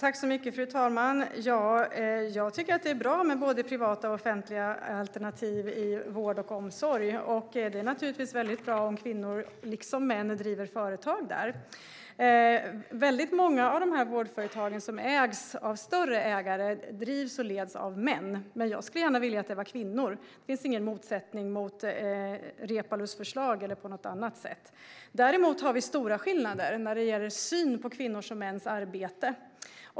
Fru talman! Jag tycker att det är bra med både privata och offentliga alternativ i vård och omsorg. Det är naturligtvis väldigt bra om kvinnor liksom män driver företag där. Väldigt många av vårdföretagen som ägs av större ägare drivs och leds av män. Jag skulle gärna vilja att det var kvinnor. Det finns inte någon motsättning till Reepalus förslag eller på något annat sätt. Däremot har vi stora skillnader när det gäller synen på kvinnors och mäns arbete.